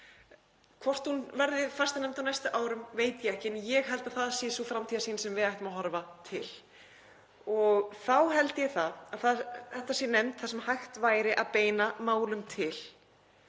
Hvort hún verði fastanefnd á næstu árum veit ég ekki en ég held að það sé sú framtíðarsýn sem við ættum að horfa til og þá held ég að þetta sé nefnd sem hægt væri að beina málum til.